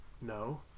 No